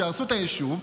שיהרסו את היישוב,